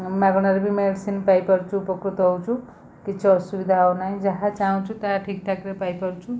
ମାଗଣାରେ ବି ମେଡ଼ିସିନ୍ ପାଇପାରୁଛୁ ଉପକୃତ ହଉଛୁ କିଛି ଅସୁବିଧା ହଉନାହିଁ ଯାହା ଚାହୁଁଛୁ ତାହା ଠିକ୍ ଠାକ୍ ରେ ପାଇପାରୁଛୁ